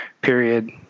period